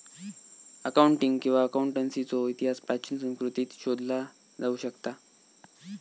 accounting किंवा अकाउंटन्सीचो इतिहास प्राचीन संस्कृतींत शोधला जाऊ शकता